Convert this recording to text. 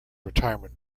retirement